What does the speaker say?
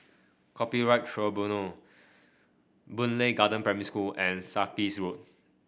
Copyright Tribunal Boon Lay Garden Primary School and Sarkies Road